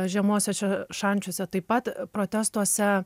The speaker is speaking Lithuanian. žemuose šančiuose taip pat protestuose